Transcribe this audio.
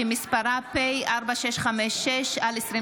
שמספרה פ/4656/25.